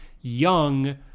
young